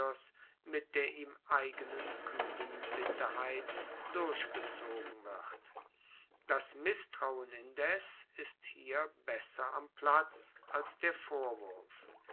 mit der ihm eigenen kuehlen bitterkeit durchgezogen wird das misstrauen indes ist hier besser am platz als der vorwurf